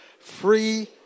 free